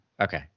okay